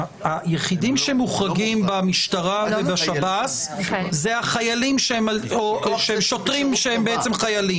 היחידים שמוחרגים במשטרה ובשב"ס הם השוטרים שהם בעצם חיילים.